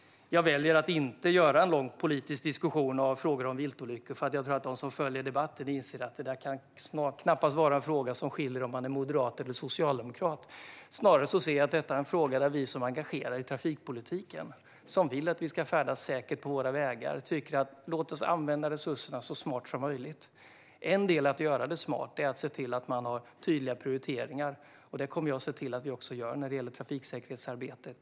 Jag väljer att inte hålla en lång politisk diskussion i frågor om viltolyckor eftersom jag tror att de som följer debatten inser att det kan knappast vara en fråga som skiljer om man är moderat eller socialdemokrat. Snarare är detta en fråga där vi som är engagerade i trafikpolitiken, som vill att vi ska färdas säkert på våra vägar, tycker att resurserna ska användas så smart som möjligt. Ett sätt att göra arbetet smart är att se till att det sker tydliga prioriteringar. Det kommer jag att se till när det gäller trafiksäkerhetsarbetet.